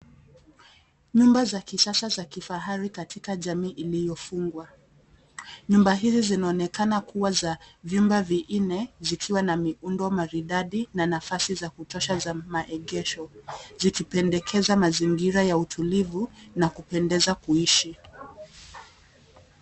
Nyumba za kisasa za kifahari katika jamii iliyofungwa, nyumba hizi zinaonekana kua za vyumba vinne vikiwa na miundo maridadi na nafasi za kutosha za maegesho zikipendekeza mazingira ya utulivu na kupendeza kuishi.